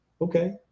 okay